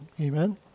amen